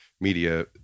media